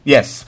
Yes